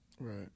Right